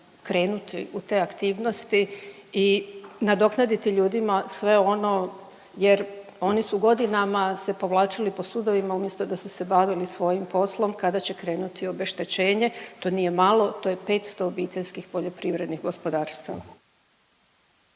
krenuti u te aktivnosti i nadoknaditi ljudima sve ono jer oni su godinama se povlačili po sudovima umjesto da su se bavili svojim poslom. Kada će krenuti obeštećenje, to nije malo, to je 500 obiteljskih poljoprivrednih gospodarstava.